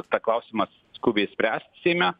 tą klausimą skubiai spręst seime